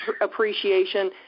appreciation